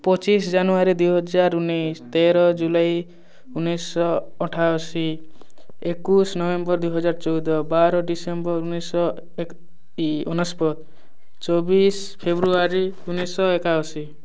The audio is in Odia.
ପଚିଶ ଜାନୁଆରୀ ଦୁଇହଜାର ଉଣେଇଶହ ତେର ଜୁଲାଇ ଉଣେଇଶ ଅଠାଅଶୀ ଏକୋଇଶ ନଭେମ୍ବର ଦୁଇହଜାର ଚଉଦ ବାର ଡିସେମ୍ବର ଉଣେଇଶ ଏକ ଅନେଶ୍ୱତ ଚବିଶ ଫେବୃଆରୀ ଉଣେଇଶହ ଏକାଅଶୀ